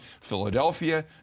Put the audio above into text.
Philadelphia